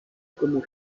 como